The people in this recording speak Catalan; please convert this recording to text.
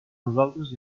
nosaltres